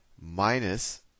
minus